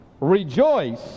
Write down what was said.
rejoice